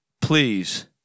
please